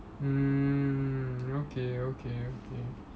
mm okay okay okay